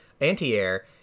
anti-air